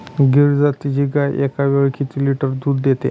गीर जातीची गाय एकावेळी किती लिटर दूध देते?